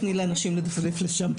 תני לאנשים לדפדף לשם.